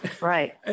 Right